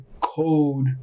code